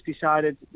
decided